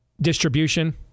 distribution